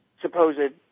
supposed